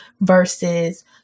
versus